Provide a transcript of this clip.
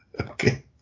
Okay